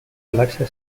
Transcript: galaxia